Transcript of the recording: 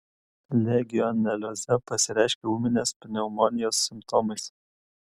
legioneliozė pasireiškia ūminės pneumonijos simptomais